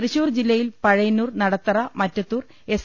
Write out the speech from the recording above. തൃശ്ശൂർ ജില്ലയിൽ പഴയന്നൂർ നടത്തറ മറ്റത്തൂർ എസ്